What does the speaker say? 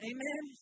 Amen